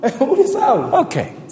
Okay